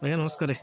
ଆଜ୍ଞା ନମସ୍କାର